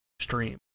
stream